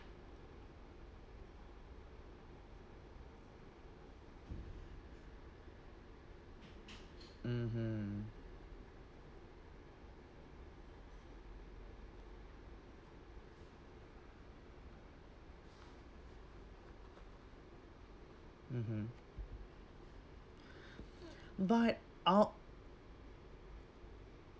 mmhmm mmhmm but uh